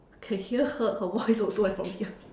can hear her her voice also eh from here